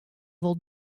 wol